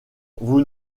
vous